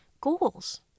goals